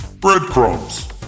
breadcrumbs